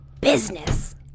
business